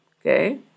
okay